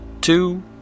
Two